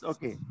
Okay